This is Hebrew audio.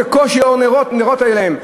בקושי נרות היו להם.